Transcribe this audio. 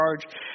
charge